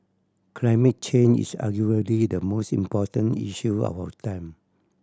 climate change is arguably the most important issue of our time